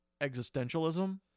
existentialism